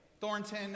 Thornton